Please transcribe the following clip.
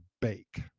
bake